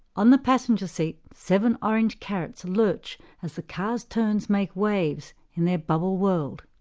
on the passenger seat seven orange carrots lurch as the car's turns make waves in their bubble world.